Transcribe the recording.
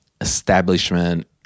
establishment